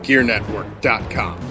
GearNetwork.com